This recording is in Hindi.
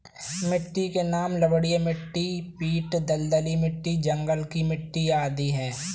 मिट्टी के नाम लवणीय मिट्टी, पीट दलदली मिट्टी, जंगल की मिट्टी आदि है